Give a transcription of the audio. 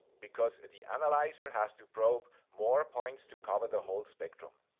because the analyzer has to probe more points to cover the whole spectrum.